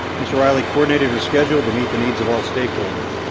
miss riley coordinated her schedule to meet the needs of all stakeholders.